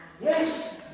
yes